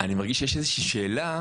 אני מרגיש שיש איזושהי שאלה,